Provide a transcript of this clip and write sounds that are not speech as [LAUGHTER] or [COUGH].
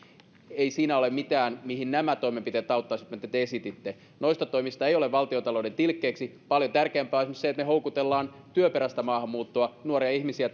ei siinä ole mitään mihin nämä toimenpiteet auttaisivat mitä te esititte noista toimista ei ole valtion talouden tilkkeeksi paljon tärkeämpää on esimerkiksi se että me houkuttelemme työperäistä maahanmuuttoa nuoria ihmisiä [UNINTELLIGIBLE]